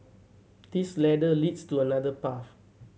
this ladder leads to another path